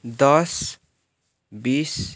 दस बिस